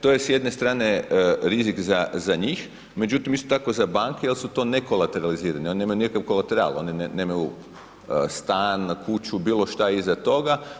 To je s jedne strane rizik za njih, međutim isto tako za banke jer su to nekolaterizirani oni nemaju nikakvu kolateralu, oni nemaju stan, kuću, bilo šta iza toga.